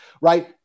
right